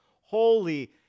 holy